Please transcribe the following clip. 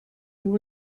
there